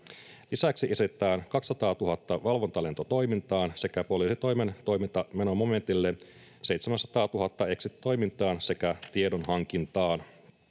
Lisäksi esitetään 200 000 valvontalentotoimintaan sekä poliisitoimen toimintamenomomentille 700 000 exit-toimintaan sekä tiedonhankintaan.